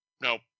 Nope